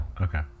Okay